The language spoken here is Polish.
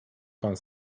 pan